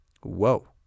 Whoa